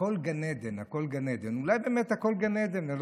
הכול גן עדן, הכול גן עדן.